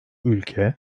ülke